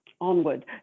onward